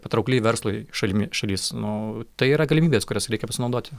patraukli verslui šalimi šalis nu tai yra galimybės kurias reikia pasinaudoti